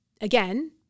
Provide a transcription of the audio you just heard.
again